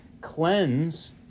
cleanse